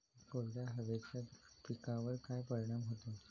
कोरड्या हवेचा पिकावर काय परिणाम होतो?